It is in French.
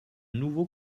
nouveau